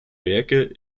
werke